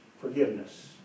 forgiveness